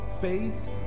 faith